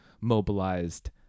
mobilized